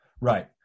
Right